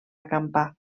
acampar